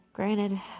Granted